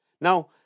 Now